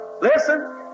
listen